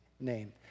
name